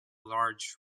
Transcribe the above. large